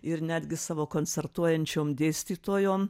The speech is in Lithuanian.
ir netgi savo koncertuojančiom dėstytojom